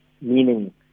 meaning